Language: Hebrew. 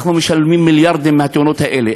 אנחנו משלמים מיליארדים על התאונות האלה.